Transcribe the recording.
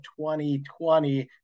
2020